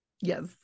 yes